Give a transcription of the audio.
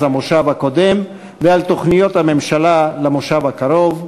המושב הקודם ועל תוכניות הממשלה למושב הקרוב.